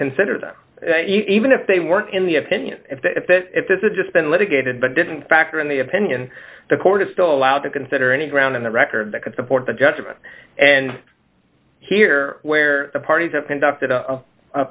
consider them even if they work in the opinion that if this is just been litigated but didn't factor in the opinion the court is still allowed to consider any ground in the record that could support the judgment and here where the parties have conducted